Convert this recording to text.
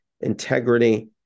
integrity